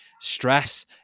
stress